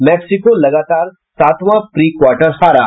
Mexico लगतार सातवां pre quarter हारा